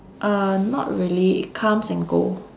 uh not really it comes and go